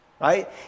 right